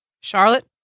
Charlotte